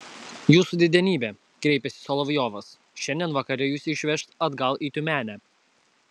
jūsų didenybe kreipėsi solovjovas šiandien vakare jus išveš atgal į tiumenę